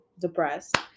depressed